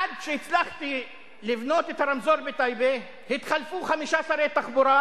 עד שהצלחתי לבנות את הרמזור בטייבה התחלפו חמישה שרי תחבורה,